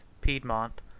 Piedmont